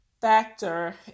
factor